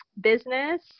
business